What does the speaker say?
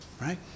right